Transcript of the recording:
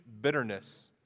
bitterness